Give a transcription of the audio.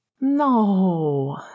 No